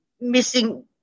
missing